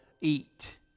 eat